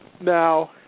Now